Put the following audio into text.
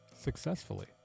successfully